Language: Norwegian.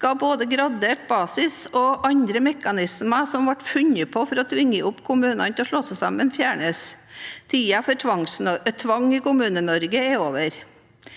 år, skal både gradert basistilskudd og andre mekanismer som ble funnet på for å tvinge kommunene til å slå seg sammen, fjernes. Tiden for tvang i Kommune-Norge er over.»